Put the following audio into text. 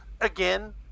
again